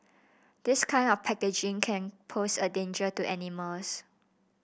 this kind of packaging can pose a danger to animals